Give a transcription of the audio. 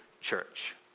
church